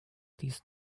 dies